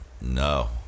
No